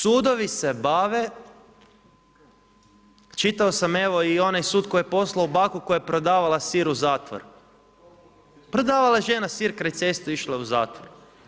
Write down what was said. Sudovi se bave, čitao sam evo i onaj sud koji je poslao koja je prodavala sir u zatvoru, prodavala je žena sir kraj ceste, išla je u zatvor.